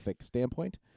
standpoint